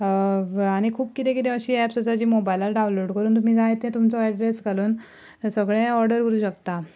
आनी खूब कितें कितें अशीं एप्स आसा जीं मोबायलार डावनलोड करून तुमी जाय तें तुमचो एड्रेस घालून सगळें ऑर्डर करूंक शकता